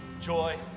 Joy